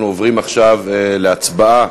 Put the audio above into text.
אנחנו עוברים עכשיו להצבעה